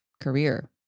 career